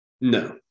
no